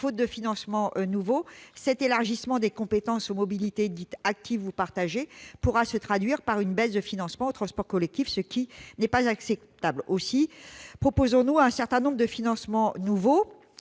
de financements nouveaux, cet élargissement des compétences aux mobilités dites actives ou partagées pourra se traduire par une baisse du financement des transports collectifs, ce qui n'est pas acceptable. Aussi avons-nous proposé un certain nombre de financements nouveaux.